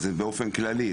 אז זה באופן כללי.